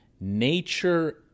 nature